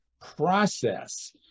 process